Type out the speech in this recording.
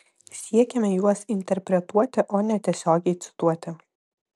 siekiame juos interpretuoti o ne tiesiogiai cituoti